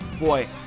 Boy